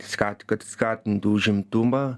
skat kad skatintų užimtumą